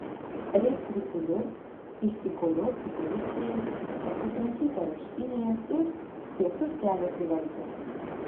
reik prisiliurbt išsikoliot su policija pasitrankyt areštinėje ir tiesus kelias į valdžią